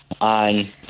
on